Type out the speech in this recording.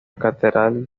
catedral